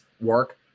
work